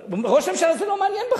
את ראש הממשלה זה לא מעניין בכלל.